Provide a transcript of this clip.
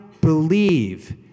believe